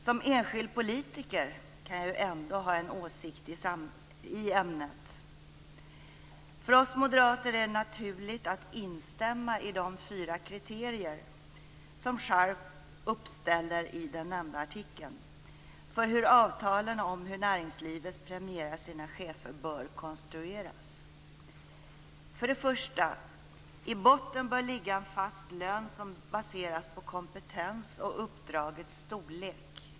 Som enskild politiker kan jag ju ändå ha en åsikt i ämnet. För oss moderater är det naturligt att instämma i de fyra kriterier som Scharp uppställer i den nämnda artikeln för hur avtalen om hur näringslivet premierar sina chefer bör konstrueras: För det första bör en fast lön som baseras på kompetens och uppdragets storlek ligga i botten.